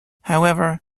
however